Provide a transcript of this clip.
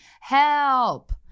help